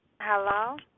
Hello